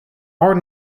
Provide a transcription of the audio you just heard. are